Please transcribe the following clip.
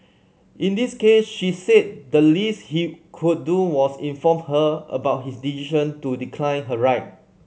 in this case she said the least he could do was inform her about his decision to decline her ride